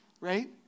right